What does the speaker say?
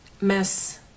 Miss